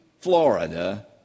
Florida